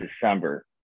December